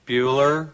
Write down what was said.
Bueller